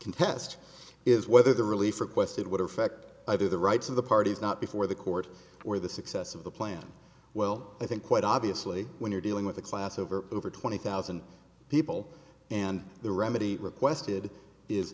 contest is whether the relief requested would affect either the rights of the parties not before the court or the success of the plan well i think quite obviously when you're dealing with a class over over twenty thousand people and the remedy requested is